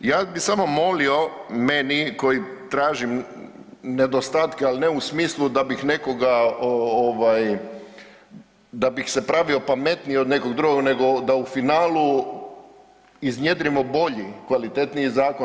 Ja bih samo molio, meni koji tražim nedostatke ali ne u smislu da bih nekoga, da bi se pravio pametniji od nekog drugog nego da u finalu iznjedrimo bolji, kvalitetniji zakon.